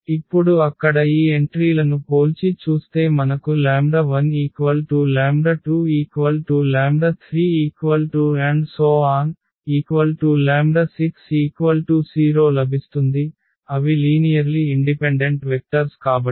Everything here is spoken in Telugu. ఇప్పుడు అక్కడ ఈ ఎంట్రీలను పోల్చి చూస్తే మనకు 10 2360 లభిస్తుంది అవి లీనియర్లి ఇండిపెండెంట్ వెక్టర్స్ కాబట్టి